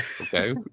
Okay